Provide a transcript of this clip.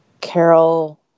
Carol